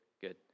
good